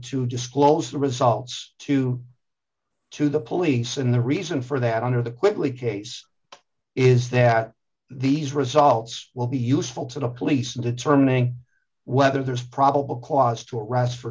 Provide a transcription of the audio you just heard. to disclose the results to to the police and the reason for that under the quickly case is that these results will be useful to the police in determining whether there's probable cause to arrest for